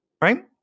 Right